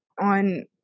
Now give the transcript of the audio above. on